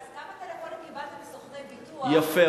אז כמה טלפונים קיבלת מסוכני ביטוח יפה,